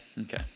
okay